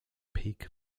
peak